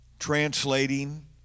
translating